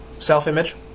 self-image